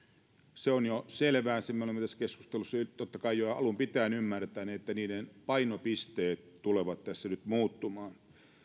se on jo selvää sen me olemme tässä keskustelussa totta kai jo alunpitäen ymmärtäneet että niiden painopisteet tulevat tässä nyt muuttumaan